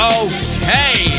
okay